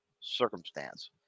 circumstance